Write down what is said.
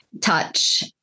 touch